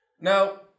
Now